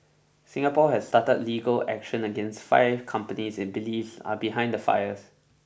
Singapore has started legal action against five companies it believes are behind the fires